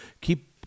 keep